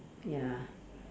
ya